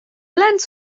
lens